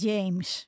James